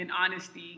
honesty